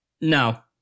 no